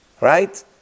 right